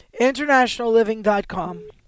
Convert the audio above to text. Internationalliving.com